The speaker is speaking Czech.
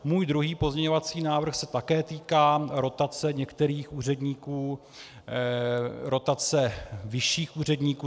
Můj druhý pozměňovací návrh se také týká rotace některých úředníků, rotace vyšších úředníků.